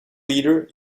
leader